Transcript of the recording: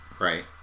Right